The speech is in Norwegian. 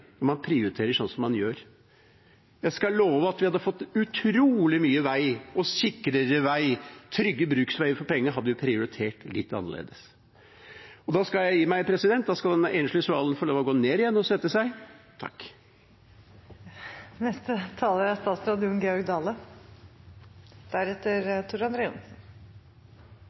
når man prioriterer slik som man gjør. Jeg skal love at vi hadde fått utrolig mye mer vei, sikrere vei og trygge bruksveier for pengene om vi hadde prioritert litt annerledes. Da skal jeg gi meg. Da skal denne enslige svalen få lov til å gå ned igjen og sette seg.